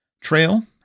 Trail